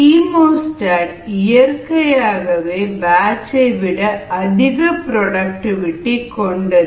chemostat இயற்கையாகவே batch விட அதிக புரோடக்டிவிடி கொண்டது